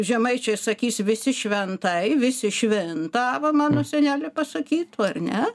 žemaičiai sakys visi šventai visi šventavo mano senelė pasakytų ar ne